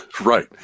Right